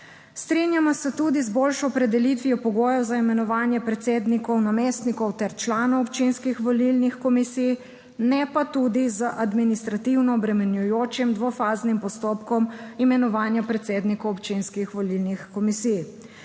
Strinjamo se tudi z boljšo opredelitvijo pogojev za imenovanje predsednikov, namestnikov ter članov občinskih volilnih komisij, ne pa tudi z administrativno obremenjujočim dvofaznim postopkom imenovanja predsednikov občinskih volilnih komisij.